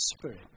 Spirit